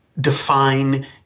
define